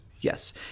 yes